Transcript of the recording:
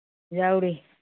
ꯌꯥꯎꯔꯤ